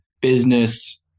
business